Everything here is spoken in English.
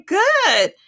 good